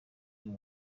uyu